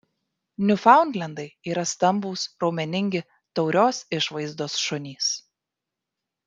niufaundlendai yra stambūs raumeningi taurios išvaizdos šunys